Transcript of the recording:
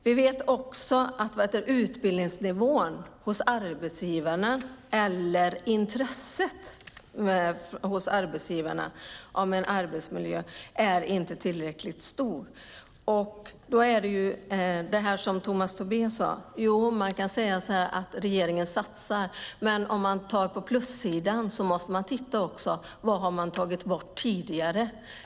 Vi vet också att utbildningsnivån och intresset hos arbetsgivarna när det gäller arbetsmiljön inte är tillräckligt. Tomas Tobé sade att regeringen satsar. Men om man tittar på plussidan måste man också titta på vad man har tagit bort tidigare.